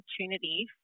opportunity